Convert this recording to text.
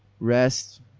rest